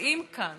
מציעים כאן